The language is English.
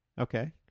Okay